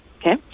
Okay